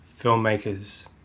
filmmakers